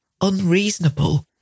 unreasonable